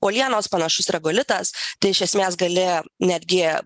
uolienos panašus regolitas tai iš esmės gali netgi